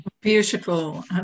Beautiful